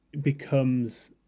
becomes